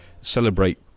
celebrate